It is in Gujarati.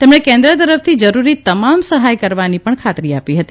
તેમણે કેન્દ્ર તરફથી જરૂરી તમામ સહાય કરવાની ખાતરી આપી હતી